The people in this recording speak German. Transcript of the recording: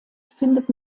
findet